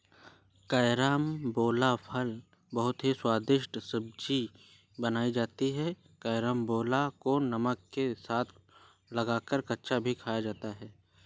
carambola फल की बहुत ही स्वादिष्ट सब्जी बनाई जाती है कैरमबोला को नमक के साथ लगाकर कच्चा भी खाया जाता है